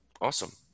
Awesome